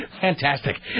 fantastic